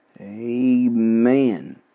amen